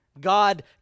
God